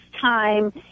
time